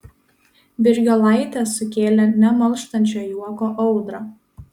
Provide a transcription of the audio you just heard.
birgiolaitės sukėlė nemalštančio juoko audrą